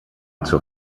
zur